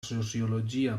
sociologia